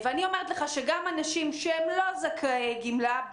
אני אומרת לך שגם אנשים שהם לא זכאי גמלה,